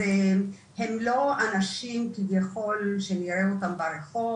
אז הם לא אנשים כביכול שנראה אותם ברחוב,